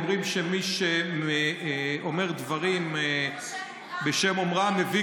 אומרים שמי שאומר דברים בשם אומרם מביא